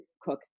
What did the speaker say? cook